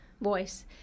voice